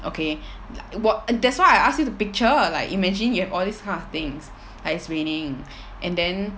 okay w~ 我 that's why I ask you to picture like imagine you have all these kind of things like it's raining and then